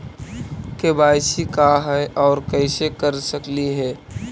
KYC का है, और कैसे कर सकली हे?